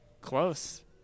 Close